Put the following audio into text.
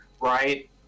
right